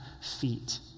feet